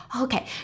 okay